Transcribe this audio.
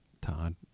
Todd